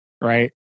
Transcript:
right